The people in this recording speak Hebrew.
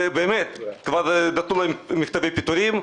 כבר נתנו להם מכתבי פיטורים.